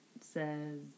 says